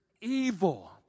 evil